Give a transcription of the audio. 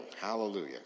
Hallelujah